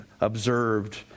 observed